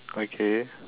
okay